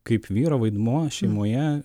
kaip vyro vaidmuo šeimoje